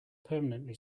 permanently